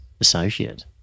associate